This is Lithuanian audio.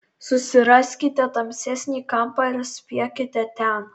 susiraskite tamsesnį kampą ir spiekite ten